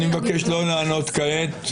אני מבקש לא לענות כעת.